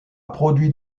produit